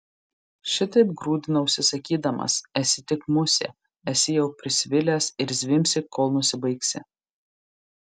šitaip grūdinausi sakydamas esi tik musė esi jau prisvilęs ir zvimbsi kol nusibaigsi